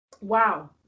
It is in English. wow